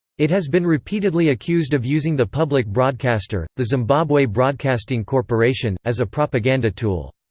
it has been repeatedly accused of using the public broadcaster, the zimbabwe broadcasting corporation, as a propaganda tool.